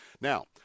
Now